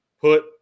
put